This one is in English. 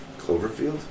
Cloverfield